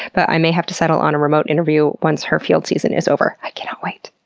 but i may have to settle on a remote interview once her field season is over. i cannot wait!